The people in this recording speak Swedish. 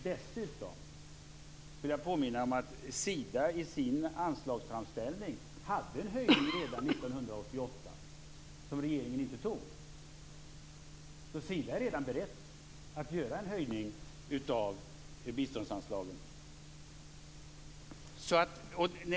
Dessutom vill jag påminna om att Sida i sin anslagsframställning hade en höjning redan 1988 som regeringen inte tog. Sida är alltså redan berett att höja biståndsanslagen.